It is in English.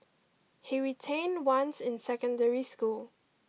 he retained once in secondary school